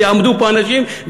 ויעמדו פה אנשים,